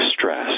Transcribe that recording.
stress